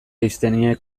einsteinek